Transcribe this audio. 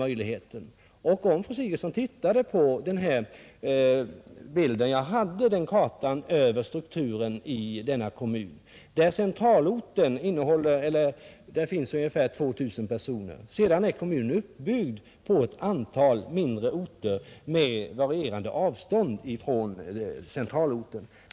Fru Sigurdsen skulle tittat litet närmare på den karta jag visade över strukturen i den kommun jag angav. Där bor i centralorten omkring 2 000 personer; för övrigt är kommunen uppbyggd på ett antal mindre orter med varierande avstånd från centralorten.